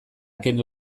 kendu